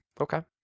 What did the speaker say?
Okay